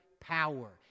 power